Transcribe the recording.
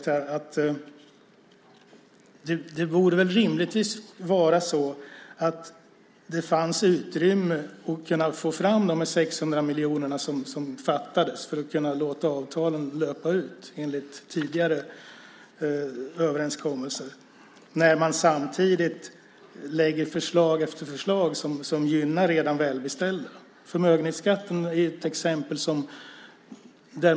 Jag håller med om vad Ulf Holm sade i den tidigare interpellationsdebatten. Det finns rimligtvis utrymme för att få fram de 600 miljoner som fattades för att kunna låta avtalen löpa ut enligt tidigare överenskommelser när man samtidigt lägger fram förslag efter förslag som gynnar redan välbeställda. Förmögenhetsskatten är ett exempel.